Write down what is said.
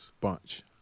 Bunch